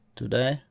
today